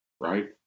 right